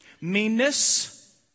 meanness